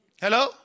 Hello